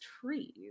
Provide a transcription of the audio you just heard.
trees